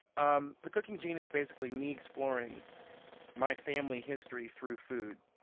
um the cooking gene is basically me exploring my family history through food,